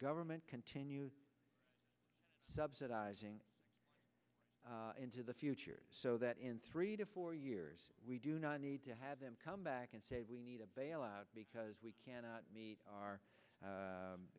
government continue subsidizing into the future so that in three to four years we do not need to have them come back and say we need a bailout because we cannot meet